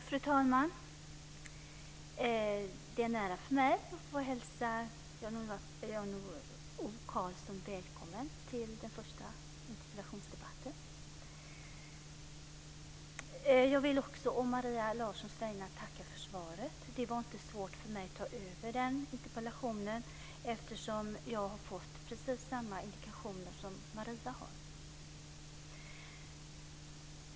Fru talman! Det är en ära för mig att få hälsa Jan Jag vill också å Maria Larssons vägnar tacka för svaret. Det var inte svårt för mig att ta över den här interpellationen eftersom jag har fått precis samma indikationer som Maria har.